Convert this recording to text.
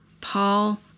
Paul